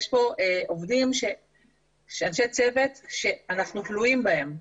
יש פה עובדים ואנשי צוות שאנחנו תלויים בהם,